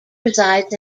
resides